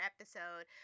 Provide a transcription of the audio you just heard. episode